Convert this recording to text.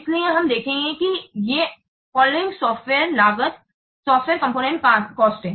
इसलिए हम देखेंगे कि ये अनुसरण सॉफ्टवेयर लागत घटक हैं